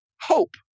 hope